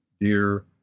dear